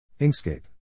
Inkscape